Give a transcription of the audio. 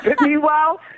Meanwhile